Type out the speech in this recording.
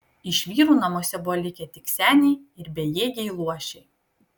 iš vyrų namuose buvo likę tik seniai ir bejėgiai luošiai